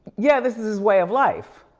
yeah, this is his way of life.